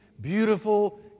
beautiful